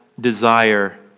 desire